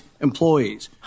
employees